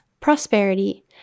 prosperity